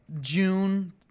June